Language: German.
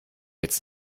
jetzt